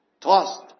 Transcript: tossed